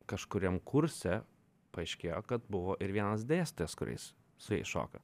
kažkuriam kurse paaiškėjo kad buvo ir vienas dėstytojas kuris su jais šoka